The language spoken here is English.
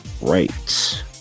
right